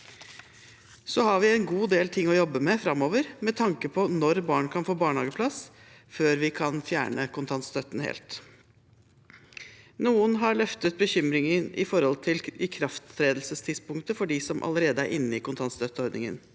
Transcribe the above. Vi har også en god del ting å jobbe med framover med tanke på når barn kan få barnehageplass, før vi kan fjerne kontantstøtten helt. Noen har løftet bekymringen for ikrafttredelsestidspunktet for dem som allerede er inne i kontantstøtteordningen,